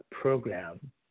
program